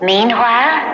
Meanwhile